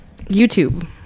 YouTube